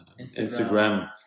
Instagram